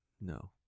No